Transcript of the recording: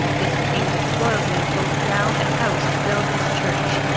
this king despoiled me of both ground and house to build this church.